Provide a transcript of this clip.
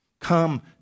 Come